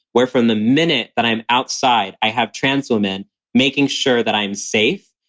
where from the minute that i'm outside, i have transwoman making sure that i'm safe,